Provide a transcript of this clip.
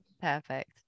perfect